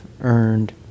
earned